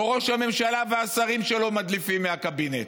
או ראש הממשלה והשרים שלו מדליפים מהקבינט?